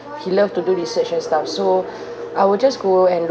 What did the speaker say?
he loved to do research and stuff so I will just go and look